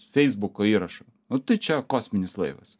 feisbuko įrašą nu tai čia kosminis laivas